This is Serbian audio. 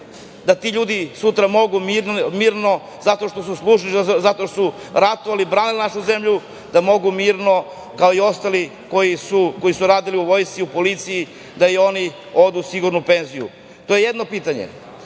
da ti ljudi sutra mogu mirno, zato što su služili, ratovali, branili našu zemlju, da mogu mirno kao i ostali koji su radili u vojsci, policiji da i oni odu sigurno u penziju. To je jedno pitanje. Drugo